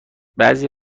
بعضی